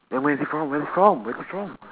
then where is it from where's it from where's it from